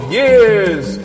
years